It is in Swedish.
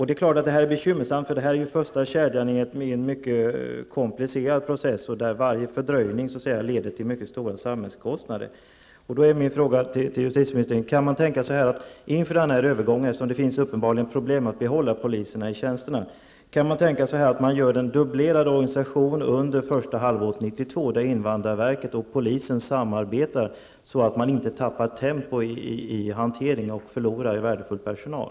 Det är klart att detta är bekymmersamt, för det här är den första kedjan i en mycket komplicerad process, där varje fördröjning leder till mycket stora samhällskostnader. Då är min fråga till justitieministern: Kan man tänka sig att inför övergången -- det finns uppenbarligen problem med att behålla poliserna i tjänsterna -- ha en dubblerad organisation under första halvåret 1992 så att invandrarverket och polisen samarbetar för att vi inte skall tappa tempot i hanteringen och förlora värdefull personal?